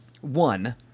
one